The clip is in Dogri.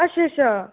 अच्छा अच्छा